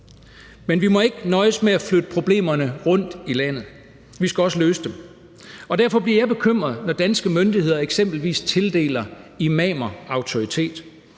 men vi må ikke nøjes med at flytte problemerne rundt i landet; vi skal også løse dem. Derfor bliver jeg bekymret, når danske myndigheder eksempelvis tildeler imamer autoritet.